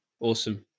awesome